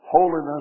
holiness